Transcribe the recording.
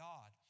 God